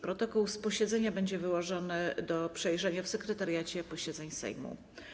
Protokół posiedzenia będzie wyłożony do przejrzenia w Sekretariacie Posiedzeń Sejmu.